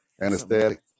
anesthetic